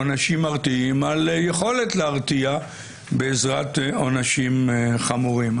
עונשים מרתיעים - על יכולת להרתיע בעזרת עונשים חמורים.